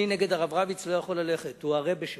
אני נגד הרב רביץ לא יכול ללכת, הוא הרעבע שלי.